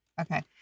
Okay